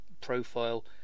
profile